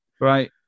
Right